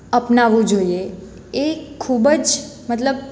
અપનાવવું જોઈએ એ ખૂબ જ મતલબ